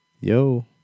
yo